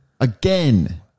again